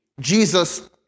Jesus